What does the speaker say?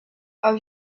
are